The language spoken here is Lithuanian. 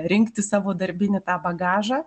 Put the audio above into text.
rinkti savo darbinį tą bagažą